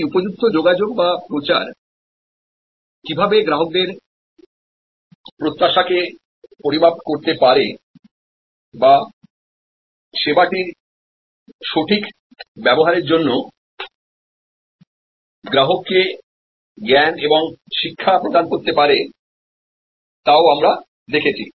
এই উপযুক্ত যোগাযোগ বা প্রচার কিভাবে গ্রাহকের প্রত্যাশাকে পরিমাপ করতে পারে বা পরিষেবাটির সঠিক ব্যবহারের জন্য গ্রাহককে জ্ঞান এবং শিক্ষা প্রদান করতে পারে তাও আমরা দেখেছি